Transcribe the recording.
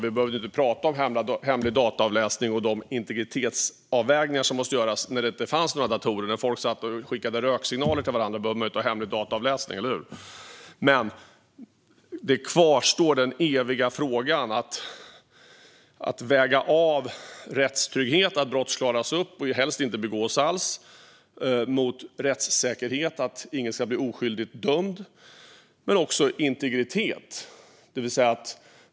Vi behövde inte tala om hemlig dataavläsning och de integritetsavvägningar som måste göras när det inte fanns några datorer. När folk skickade röksignaler till varandra behövde man inte någon hemlig dataavläsning. Men den eviga frågan kvarstår: Man måste väga rättstryggheten, det vill säga att brott helst inte ska begås alls, mot rättssäkerheten, att ingen ska bli oskyldigt dömd, och också integriteten.